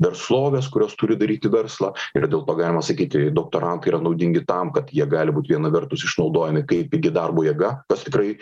verslovės kurios turi daryti verslą ir dėl to galima sakyti doktorantai yra naudingi tam kad jie gali būt viena vertus išnaudojami kaip pigi darbo jėga kas tikrai